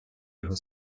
його